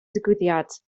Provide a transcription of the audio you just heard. digwyddiad